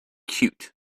cute